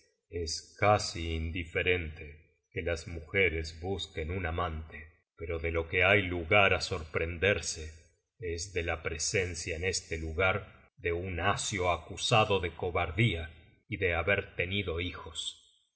es casi indiferente que las mujeres busquen un amante pero de lo que hay lugar á sorprenderse es de la presencia en este lugar de un asio acusado de cobardía y de haber tenido hijos